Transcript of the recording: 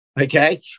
okay